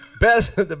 Best